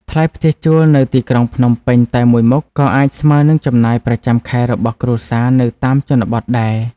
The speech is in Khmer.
ថ្លៃផ្ទះជួលនៅទីក្រុងភ្នំពេញតែមួយមុខ ក៏អាចស្មើនឹងចំណាយប្រចាំខែរបស់គ្រួសារនៅតាមជនបទដែរ។